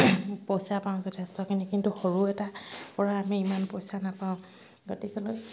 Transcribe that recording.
পইচা পাওঁ যথেষ্টখিনি কিন্তু সৰু এটাৰ পৰা আমি ইমান পইচা নাপাওঁ গতিকেলৈ